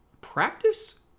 Practice